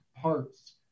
parts